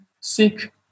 seek